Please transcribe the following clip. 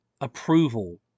approval